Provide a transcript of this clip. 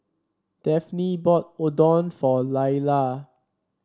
Daphne bought Oden for Lyla